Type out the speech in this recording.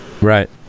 Right